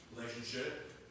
relationship